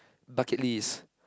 bucket list